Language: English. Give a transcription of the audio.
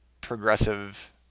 progressive